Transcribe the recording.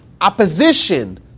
opposition